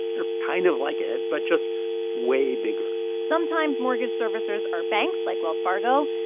they're kind of like ed but just way bigger sometimes mortgage servicers are banks, like wells fargo,